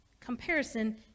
Comparison